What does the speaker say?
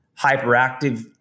hyperactive